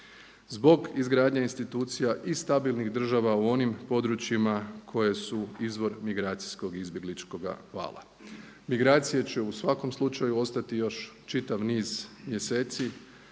Zbog izgradnje institucija i stabilnih država u onim područjima koje su izvor migracijskog izbjegličkoga vala. Migracije će u svakom slučaju ostati još čitav niz mjeseci